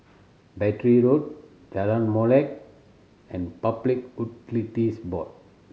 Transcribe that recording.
Battery Road Jalan Molek and Public Utilities Board